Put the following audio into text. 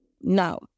no